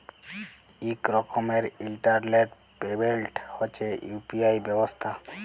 ইক রকমের internet payment হছে ইউ.পি.আই ব্যবস্থা